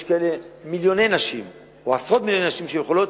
יש כאלה מיליוני נשים או עשרות מיליוני נשים שיכולות,